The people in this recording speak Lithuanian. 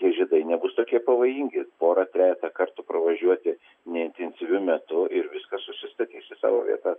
tie žiedai nebus tokie pavojingi porą trejetą kartų pravažiuoti neintensyviu metu ir viskas susistatys į savo vietas